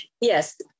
Yes